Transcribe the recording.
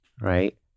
right